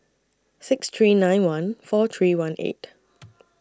six three nine one four three one eight